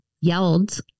yelled